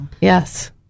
yes